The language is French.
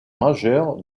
majeure